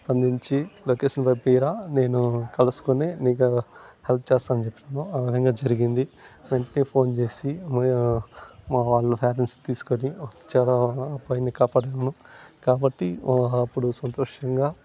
స్పందించి లొకేషన్ పంపీరా నేను కలుసుకుని నీకు హెల్ప్ చేస్తాను అని చెప్పినాను ఆవిధంగా జరిగింది వెంటనే ఫోన్ చేసి మాయ మా వాళ్ళ పేరెంట్స్ని తీసుకుని వచ్చి వాడ్ని కాపాడాను కాబట్టి వాళ్ళు చాలా సంతోషంగా